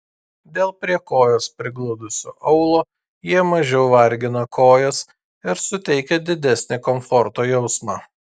dėl prie kojos prigludusio aulo jie mažiau vargina kojas ir suteikia didesnį komforto jausmą